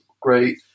great